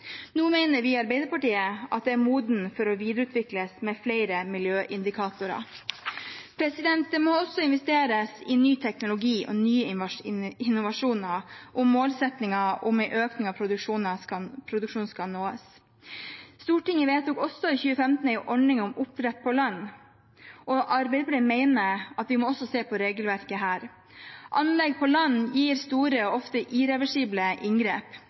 Nå mener vi i Arbeiderpartiet at det er modent for å videreutvikles med flere miljøindikatorer. Det må også investeres i ny teknologi og nye innovasjoner om målsettingen om en økning av produksjon skal nås. Stortinget vedtok også i 2015 en ordning om oppdrett på land, og Arbeiderpartiet mener at vi også må se på regelverket her. Anlegg på land gir store og ofte irreversible inngrep.